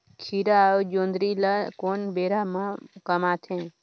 खीरा अउ जोंदरी ल कोन बेरा म कमाथे?